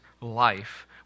life